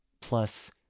Plus